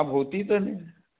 अब होती सर